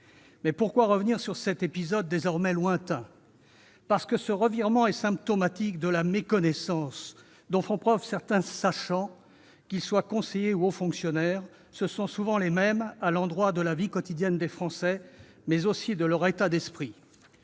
Si je reviens sur cet épisode désormais lointain, c'est parce que ce revirement est symptomatique de la méconnaissance que certains « sachants », qu'ils soient conseillers ou hauts fonctionnaires- ce sont souvent les mêmes -, ont de la vie quotidienne des Français, mais aussi de leur état d'esprit.